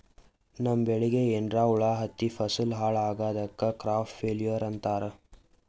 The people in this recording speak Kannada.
ನಮ್ಮ್ ಬೆಳಿಗ್ ಏನ್ರಾ ಹುಳಾ ಹತ್ತಿ ಫಸಲ್ ಹಾಳ್ ಆಗಾದಕ್ ಕ್ರಾಪ್ ಫೇಲ್ಯೂರ್ ಅಂತಾರ್